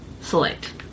Select